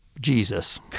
Jesus